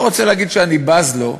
אני לא רוצה להגיד שאני בז לו,